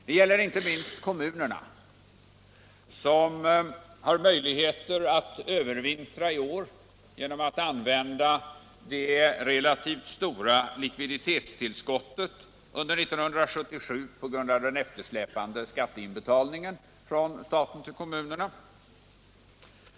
Det gäller inte minst kommunerna, som har möjligheter att ”övervintra” i år genom att använda det relativt stora likviditetstillskottet under 1977 på grund av den eftersläpande skatteinbetalningen från staten till kommunerna.